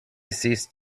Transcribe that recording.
ceased